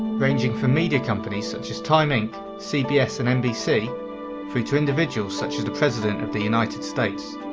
ranging from media companies such as time inc, cbs and nbc through to individuals such as the president of the united states.